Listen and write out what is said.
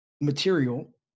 material